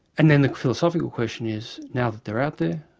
and then the philosophical question is now that they're out there,